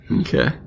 Okay